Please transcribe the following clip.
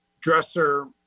dresser